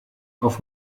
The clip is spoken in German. auf